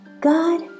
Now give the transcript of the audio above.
God